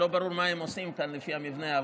שלא ברור מה הם עושים כאן לפי המבנה,